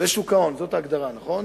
ושוק ההון, זאת ההגדרה, נכון?